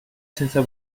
senza